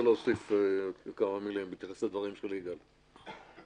להוסיף כמה מילים בהתייחס לדברים של יגאל פרסלר.